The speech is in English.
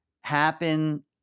happen